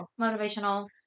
motivational